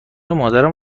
مادرم